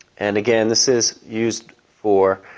and again, this is used for